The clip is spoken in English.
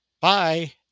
bye